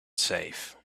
safe